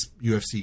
UFC